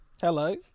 Hello